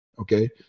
Okay